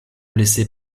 blessé